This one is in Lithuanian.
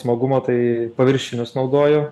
smagumo tai paviršinius naudoju